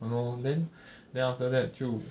!hannor! then then after that 就